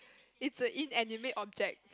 is an inanimate object